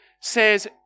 says